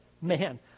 man